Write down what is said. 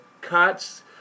cuts